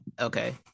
Okay